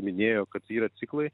minėjo kad yra ciklai